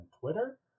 Twitter